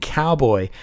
cowboy